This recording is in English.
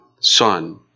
Son